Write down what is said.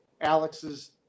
alex's